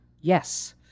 Yes